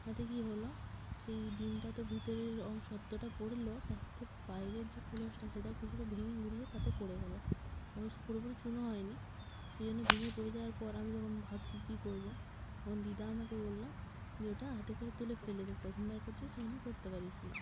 তাতে কী হলো সেই ডিমটা তো ভিতরের অংশটা তো পড়ল তার সাথে বাইরের যে খোলসটা সেটাও কিছুটা ভেঙে গুঁড়িয়ে তাতে পড়ে গেল অবশ্য পুরোপুরি চূর্ণ হয়নি সেই জন্য ভেঙে পড়ে যাওয়ার পর আমি তখন ভাবছি কী করব তখন দিদা আমাকে বলল যে ওটা হাতে করে তুলে ফেলে দে প্রথমবার করছিস ওই জন্য করতে পারিসনি